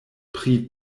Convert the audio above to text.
pri